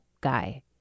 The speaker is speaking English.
guy